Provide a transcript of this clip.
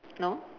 no